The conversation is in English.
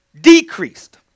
decreased